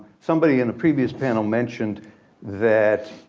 somebody in the previous panel mentioned that,